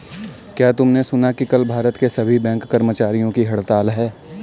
क्या तुमने सुना कि कल भारत के सभी बैंक कर्मचारियों की हड़ताल है?